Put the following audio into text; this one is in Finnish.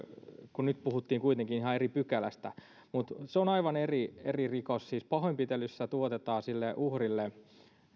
tätä nyt puhuttiin kuitenkin ihan eri pykälästä se on aivan eri eri rikos siis pahoinpitelyssä tuotetaan sille uhrille